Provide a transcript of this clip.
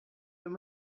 wenn